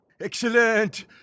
Excellent